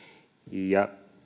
ja